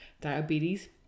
diabetes